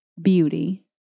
Beauty